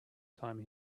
time